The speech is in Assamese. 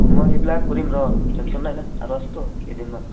মই সেইবিলাক কৰিম ৰ টেনশ্যন নাই ন আৰু আছেতো কেইদিনমান